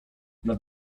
nad